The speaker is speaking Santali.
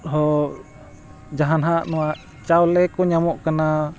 ᱦᱚᱸ ᱡᱟᱦᱟ ᱱᱟᱜ ᱱᱚᱣᱟ ᱪᱟᱣᱞᱮ ᱠᱚ ᱧᱟᱢᱚᱜ ᱠᱟᱱᱟ